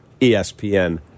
ESPN